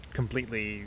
completely